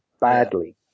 badly